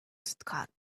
scott